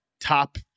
top